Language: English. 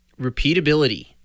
repeatability